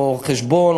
או חשבון,